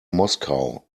moscow